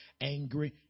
angry